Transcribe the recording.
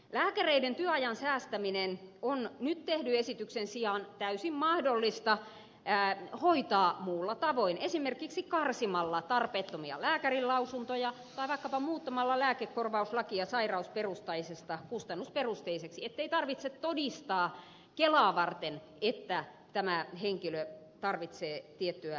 lääkäreiden työajan säästäminen on nyt tehdyn esityksen sijaan täysin mahdollista hoitaa muulla tavoin esimerkiksi karsimalla tarpeettomia lääkärinlausuntoja tai vaikkapa muuttamalla lääkekorvauslakia sairausperusteisesta kustannusperusteiseksi ettei tarvitse todistaa kelaa varten että tämä henkilö tarvitsee tiettyä lääkitystä